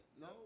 no